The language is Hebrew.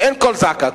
ואין קול צעקה.